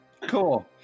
Cool